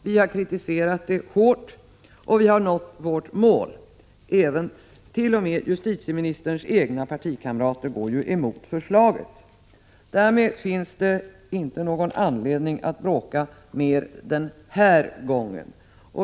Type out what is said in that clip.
Vi har kritiserat det hårt, och vi har nått vårt mål. Till och med justitieministerns egna partikamrater går emot förslaget. Därmed finns det inte någon anledning att bråka mer den här gången.